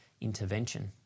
intervention